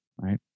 right